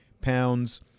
pounds